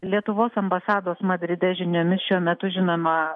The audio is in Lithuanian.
lietuvos ambasados madride žiniomis šiuo metu žinoma